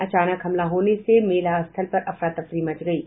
अचानक हमला होने से मेला स्थल पर अफरातफरी मच गयी